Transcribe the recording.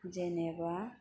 जेनेबा